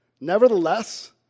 Nevertheless